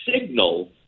signal